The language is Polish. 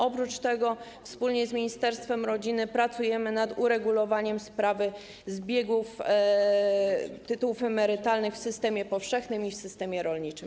Oprócz tego wspólnie z ministerstwem rodziny pracujemy nad uregulowaniem sprawy zbiegu tytułów emerytalnych w systemie powszechnym i w systemie rolniczym.